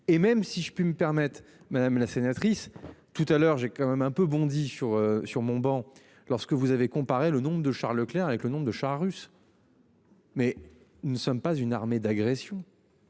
et même si je puis me permettre, madame la sénatrice tout à l'heure j'ai quand même un peu bondi sur sur mon banc lorsque vous avez comparé le nombre de chars Leclerc avec le nombre de chars russes. Mais nous ne sommes pas une armée d'agression.